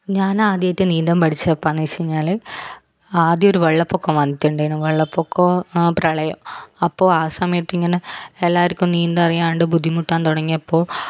ഞാനാദ്യമായിട്ട് നീന്താൻ പഠിച്ചതെപ്പോഴാണെന്ന് വെച്ച് കഴിഞ്ഞാല് ആദ്യം ഒരു വെള്ളപ്പൊക്കം വന്നിട്ടുണ്ടായിരുന്നു വെള്ളപ്പൊക്കം പ്രളയം അപ്പോൾ ആ സമയത്തിങ്ങനെ എല്ലാവർക്കും നീന്താൻ അറിയാണ്ട് ബുദ്ധിമുട്ടാൻ തുടങ്ങിയപ്പോൾ